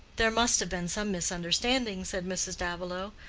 there must have been some misunderstanding, said mrs. davilow.